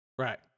Right